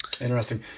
Interesting